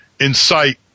incite